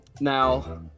Now